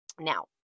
Now